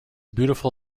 beautiful